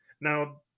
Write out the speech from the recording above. now